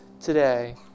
today